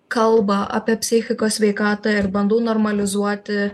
kalbą apie psichikos sveikatą ir bandau normalizuoti